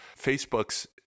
Facebook's